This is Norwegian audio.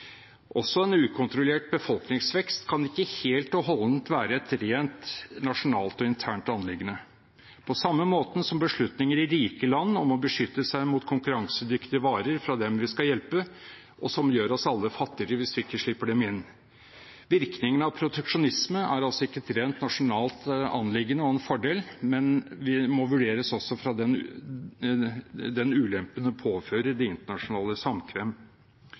Også en ukontrollert befolkningsvekst kan ikke helt og holdent være et rent nasjonalt og internt anliggende, på samme måten som beslutninger i rike land om å beskytte seg mot konkurransedyktige varer fra dem vi skal hjelpe, og som gjør oss alle fattigere hvis vi ikke slipper dem inn. Virkningen av proteksjonisme er altså ikke et rent nasjonalt anliggende og en fordel, men må vurderes også ut fra den ulempen den påfører det internasjonale samkvem.